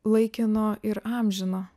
laikino ir amžino